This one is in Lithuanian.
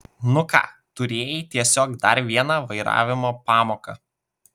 nu ką turėjai tiesiog dar vieną vairavimo pamoką